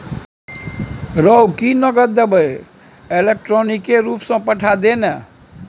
रौ की नगद देबेय इलेक्ट्रॉनिके रूपसँ पठा दे ने